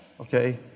okay